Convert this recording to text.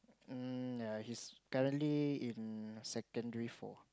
um yea he's currently in secondary four